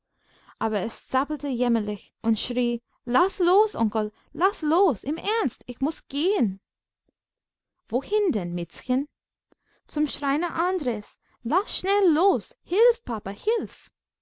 aber es zappelte jämmerlich und schrie laß los onkel laß los im ernst ich muß gehen wohin denn miezchen zum schreiner andres laß schnell los hilf papa hilf